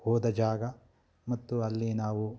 ಹೋದ ಜಾಗ ಮತ್ತು ಅಲ್ಲಿ ನಾವು